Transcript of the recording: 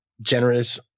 Generous